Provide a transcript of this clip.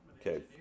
Okay